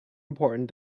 important